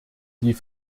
die